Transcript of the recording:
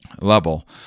level